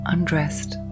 Undressed